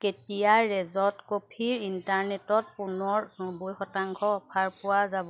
কেতিয়া Rage coffee ইনষ্টেণ্টত পুনৰ নব্বৈ শতাংশ অফাৰ পোৱা যাব